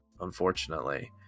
unfortunately